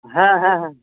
ᱦᱟᱸ ᱦᱟᱸ ᱦᱟᱸ